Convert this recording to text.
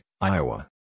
Iowa